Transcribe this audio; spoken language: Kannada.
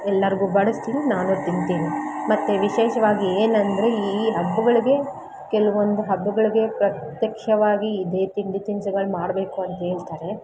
ಎಲ್ಲಾರಿಗೂ ಬಡಸ್ತೀನಿ ನಾನು ತಿಂತೀನಿ ಮತ್ತು ವಿಶೇಷವಾಗಿ ಏನಂದರೆ ಈ ಹಬ್ಬಗಳಿಗೆ ಕೆಲವೊಂದು ಹಬ್ಬಗಳಿಗೆ ಪ್ರತ್ಯಕ್ಷವಾಗಿ ಇದೇ ತಿಂಡಿ ತಿನಿಸುಗಳ್ ಮಾಡಬೇಕು ಅಂತ ಹೇಳ್ತಾರೆ